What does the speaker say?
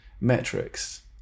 metrics